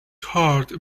heart